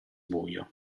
buio